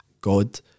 god